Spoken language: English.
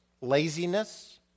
Laziness